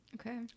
Okay